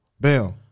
bam